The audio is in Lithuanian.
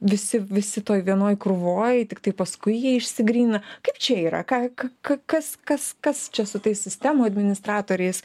visi visi toj vienoj krūvoj tiktai paskui jie išsigrynina kaip čia yra ką k k kas kas kas čia su tais sistemų administratoriais